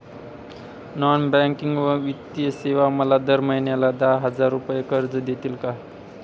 Non banking व वित्तीय सेवा मला दर महिन्याला दहा हजार रुपये कर्ज देतील का?